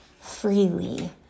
freely